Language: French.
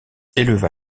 éleva